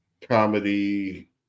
comedy